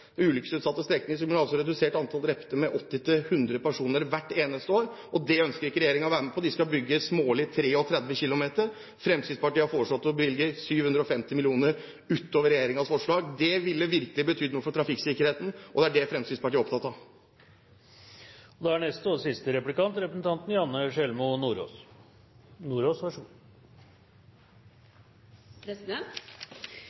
ulykkesutsatte strekningene, ville man altså redusert antallet drepte med 80–100 personer hvert eneste år. Det ønsker ikke regjeringen å være med på. De skal bygge smålige 33 km. Fremskrittspartiet har foreslått å bevilge 750 mill. kr utover regjeringens forslag. Det ville virkelig betydd noe for trafikksikkerheten. Det er det Fremskrittspartiet er opptatt av. Fremskrittspartiet er imot gjennomsnittsmålinger og ytrer seg også negativt mot automatisk trafikkontroll, og